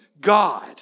God